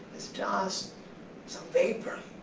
it's just some vapor.